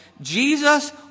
Jesus